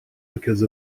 because